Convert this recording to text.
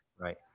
right